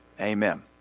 Amen